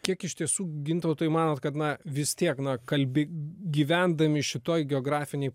kiek iš tiesų gintautai manot kad na vis tiek na kalbi gyvendami šitoj geografinėj